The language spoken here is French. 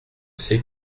c’est